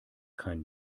kein